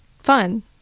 fun